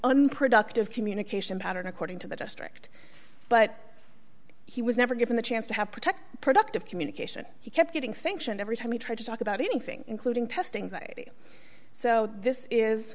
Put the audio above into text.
unproductive communication pattern according to the district but he was never given the chance to have protect productive communication he kept getting sanctioned every time he tried to talk about anything including testings so this is